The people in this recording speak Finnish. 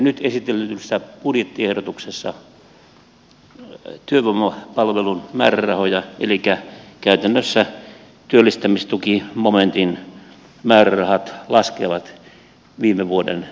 nyt esitellyssä budjettiehdotuksessa työvoimapalvelun määrärahat elikkä käytännössä työllistämistukimomentin määrärahat laskevat viime vuoden tilinpäätöksestä